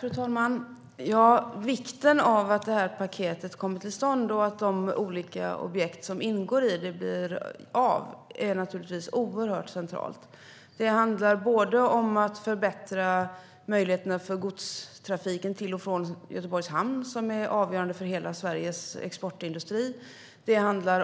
Fru talman! Vikten av att det här paketet kommer till stånd och att de olika objekt som ingår i det blir av är naturligtvis oerhört centralt. Det handlar om att förbättra möjligheterna för godstrafiken till och från Göteborgs hamn, som är avgörande för hela Sveriges exportindustri,